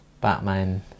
Batman